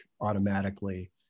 automatically